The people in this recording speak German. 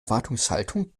erwartungshaltung